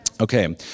Okay